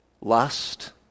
lust